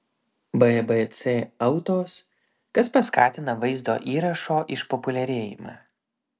bbc autos kas paskatina vaizdo įrašo išpopuliarėjimą